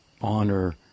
honor